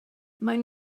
mae